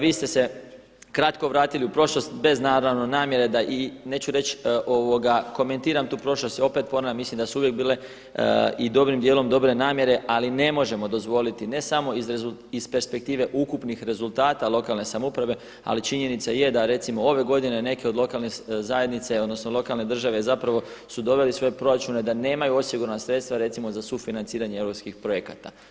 Vi ste se kratko vratili u prošlost bez naravno namjere da neću reći da komentiram tu prošlost, i opet ponavljam, mislim da su uvijek bile i dobrim dijelom dobre namjere, ali ne možemo dozvoliti ne samo iz perspektive ukupnih rezultata lokalne samouprave, ali činjenica je da recimo ove godine neke od lokalne zajednice odnosno lokalne države zapravo su doveli svoje proračune da nemaju osigurana sredstva recimo za sufinanciranje europskih projekata.